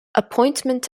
appointment